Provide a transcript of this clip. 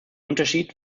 unterschied